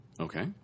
Okay